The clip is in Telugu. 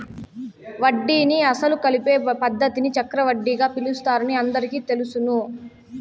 వడ్డీని అసలు కలిపే పద్ధతిని చక్రవడ్డీగా పిలుస్తారని అందరికీ తెలుసును